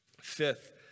Fifth